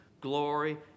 glory